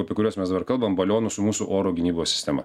apie kuriuos mes dabar kalbam balionų su mūsų oro gynybos sistema